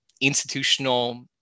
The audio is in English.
institutional